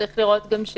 מה